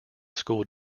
school